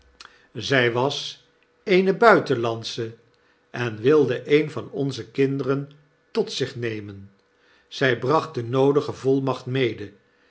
zy was eene buitenlandsche en wilde een van onze kinderen tot zich nemen zy bracht de noodige volmacht mede